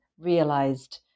Realized